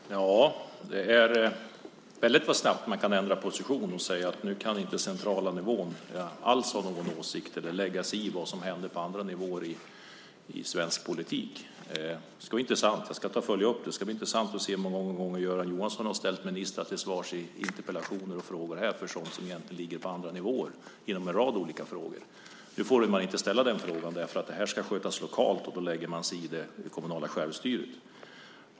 Fru talman! Det går väldigt snabbt att ändra position och säga att nu kan inte den centrala nivån alls ha någon åsikt eller lägga sig i vad som händer på andra nivåer i svensk politik. Det ska jag följa upp. Det ska bli intressant att se hur många gånger Jörgen Johansson har ställt ministrar till svars genom interpellationer och frågor här på områden som ligger på andra nivåer. Nu får man inte ställa den frågan, för det här ska skötas lokalt, och då lägger man sig i det kommunala självstyret.